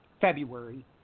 February